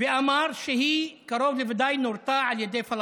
ואמר שהיא קרוב לוודאי נורתה על ידי פלסטינים.